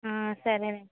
సరేనండి